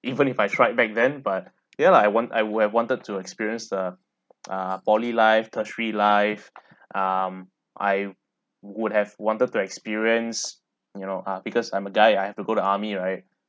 even if I tried back then but ya lah I want I would have wanted to experience the uh poly life tertiary life um I wou~ would have wanted to experience you know ah because I'm a guy right I have to go to army right